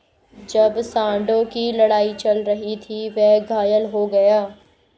जब सांडों की लड़ाई चल रही थी, वह घायल हो गया